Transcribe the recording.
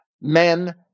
men